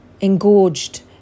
engorged